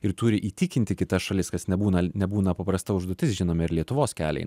ir turi įtikinti kitas šalis kas nebūna nebūna paprasta užduotis žinome ir lietuvos kelią į